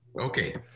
Okay